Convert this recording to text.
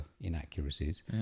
inaccuracies